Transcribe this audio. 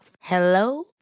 Hello